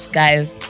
guys